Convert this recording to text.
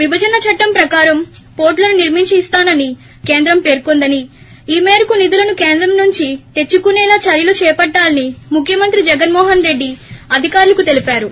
విభజన చట్టం ప్రకారం పోర్టులను నిర్మించి ఇస్తానని కేంద్రం పేర్కొందని ఈ మేరకు నిధులను కేంద్రం నుంచి తెచ్చుకునేలా చర్కలు చేపట్టాలని ముఖ్యమంత్రి జగన్మో హన్రెడ్డి అధికారులకు తెలిపారు